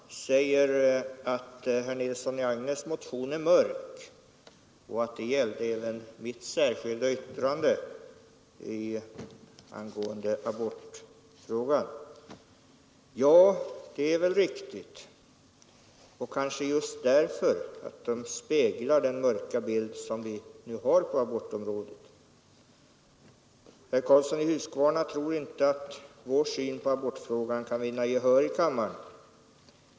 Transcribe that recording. Fru talman! Herr Karlsson i Huskvarna säger att herr Nilssons i Agnäs motion är mörk och att det gällde även mitt särskilda yttrande angående abortfrågan. Ja, det är väl riktigt — kanske just för att motionen och yttrandet speglar den mörka verklighet som vi har på abortområdet. Herr Karlsson tror inte att vår åsikt i abortfrågan kan vinna gehör i kammaren.